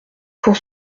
pour